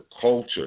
culture